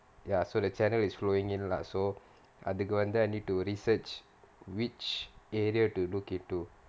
ya so the channel is flowing in lah so அதுக்கு வந்து:athukku vanthu then I need to research which area to look into